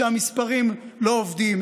שהמספרים לא עובדים.